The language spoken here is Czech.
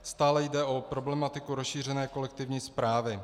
Stále jde o problematiku rozšířené kolektivní správy.